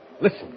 Listen